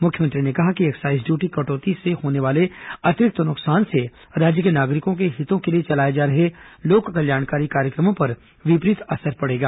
मुख्यमंत्री ने कहा कि एक्साइज ड्यूटी कटौती से होने वाले अतिरिक्त नुकसान से राज्य के नागरिकों के हितों के लिए चलाए जा रहे लोक कल्याणकारी कार्यक्रमों पर विपरीत असर पडेगा